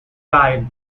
guide